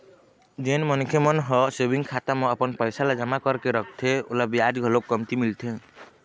जेन मनखे मन ह सेविंग खाता म अपन पइसा ल जमा करके रखथे ओला बियाज घलोक कमती मिलथे